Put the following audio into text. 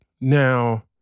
Now